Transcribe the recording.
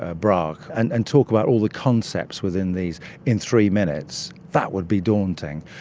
a braque, and and talk about all the concepts within these in three minutes, that would be daunting.